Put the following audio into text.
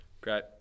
Great